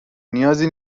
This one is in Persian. نیازی